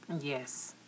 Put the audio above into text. Yes